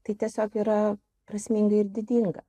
tai tiesiog yra prasminga ir didinga